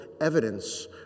evidence